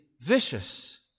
vicious